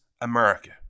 America